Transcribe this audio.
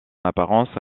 apparence